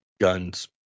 guns